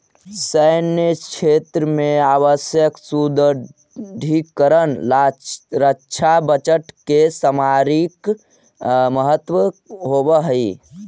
सैन्य क्षेत्र में आवश्यक सुदृढ़ीकरण ला रक्षा बजट के सामरिक महत्व होवऽ हई